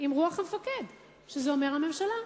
עם רוח המפקד, שזה אומר, הממשלה.